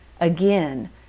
again